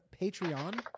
Patreon